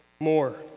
more